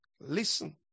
listen